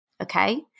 okay